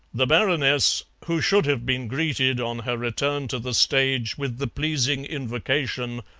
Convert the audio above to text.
the baroness, who should have been greeted on her return to the stage with the pleasing invocation,